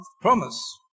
promise